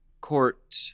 court